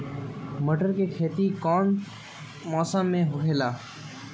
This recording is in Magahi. मटर के खेती कौन मौसम में होखेला?